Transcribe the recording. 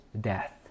death